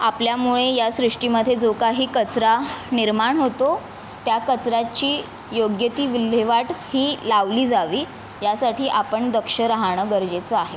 आपल्यामुळे या सृष्टीमध्ये जो काही कचरा निर्माण होतो त्या कचऱ्याची योग्य ती विल्हेवाट ही लावली जावी यासाठी आपण दक्ष राहणं गरजेचं आहे